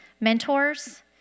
mentors